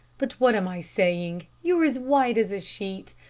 but what am i saying? you're as white as a sheet.